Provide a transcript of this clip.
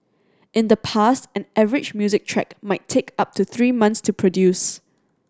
in the past an average music track might take up to three months to produce